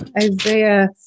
Isaiah